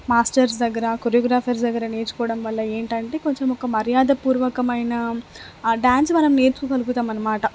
masters దగ్గర choreographers దగ్గర నేర్చుకోవడం వల్ల ఏంటంటే కొంచెం ఒక మర్యాదపూర్వకమైన ఆ డాన్స్ మనం నేర్చుకోగలుగుతం అనమాట